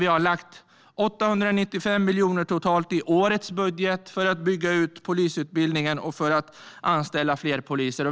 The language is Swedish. Vi har lagt totalt 895 miljoner i årets budget för att bygga ut polisutbildningen och för att anställa fler poliser.